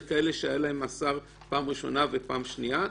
כאלה שהיה להם מאסר פעם ראשונה ופעם שנייה,